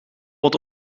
wat